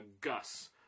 gus